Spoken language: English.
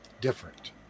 different